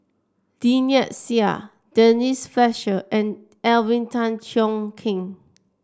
Lynnette Seah Denise Fletcher and Alvin Tan Cheong Kheng